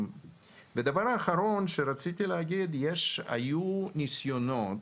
ודבר אחרון שרציתי להגיד הוא שהיו ניסיונות,